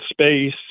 space